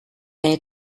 air